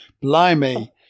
blimey